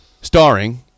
starring